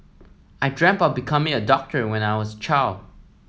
I dreamt of becoming a doctor when I was a child